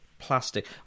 plastic